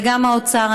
וגם האוצר,